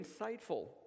insightful